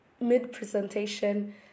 mid-presentation